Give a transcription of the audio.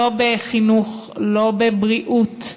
לא בחינוך ולא בבריאות,